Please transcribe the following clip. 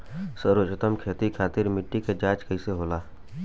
सर्वोत्तम खेती खातिर मिट्टी के जाँच कईसे होला?